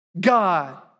God